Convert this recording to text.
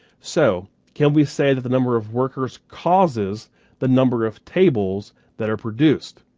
so can we say that the number of workers causes the number of tables that are produced?